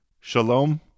Shalom